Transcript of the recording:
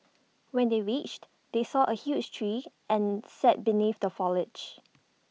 when they reached they saw A huge tree and sat beneath the foliage